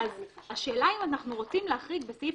השאלה אם אנחנו רוצים להחריג בסעיף